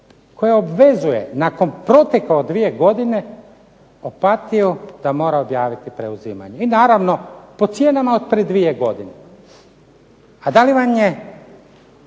koja obvezuje nakon proteka od dvije godine Opatiju da mora odjaviti preuzimanje i naravno, po cijenama od prije dvije godine. A da li vam je